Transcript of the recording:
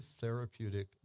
therapeutic